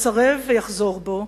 יסרב ויחזור בו,